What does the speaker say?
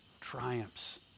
triumphs